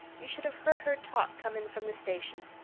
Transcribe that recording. you should have heard her talk coming from the station.